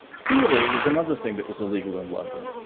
theatre was another thing that was illegal in london.